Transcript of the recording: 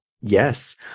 Yes